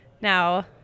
Now